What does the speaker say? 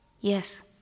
Yes